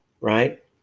Right